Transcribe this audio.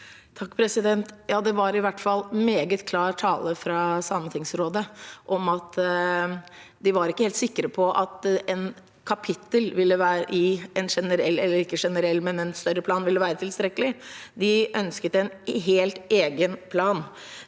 (H) Det var i hvert fall meget klar tale fra sametingsrådet om at de ikke var helt sikre på at et kapittel i en større plan ville være tilstrekkelig. De ønsket en helt egen plan.